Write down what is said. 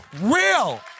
real